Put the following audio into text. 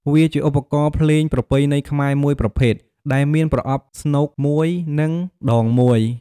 វាជាឧបករណ៍ភ្លេងប្រពៃណីខ្មែរមួយប្រភេទ ដែលមានប្រអប់ស្នូកមួយ និងដងមួយ ។